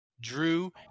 Drew